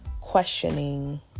questioning